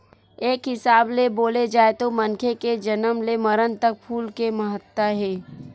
एक हिसाब ले बोले जाए तो मनखे के जनम ले मरन तक फूल के महत्ता हे